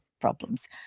problems